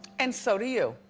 and so do you.